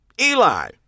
Eli